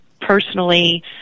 personally